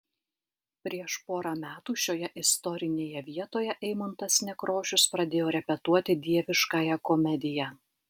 prieš porą metų šioje istorinėje vietoje eimuntas nekrošius pradėjo repetuoti dieviškąją komediją